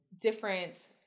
different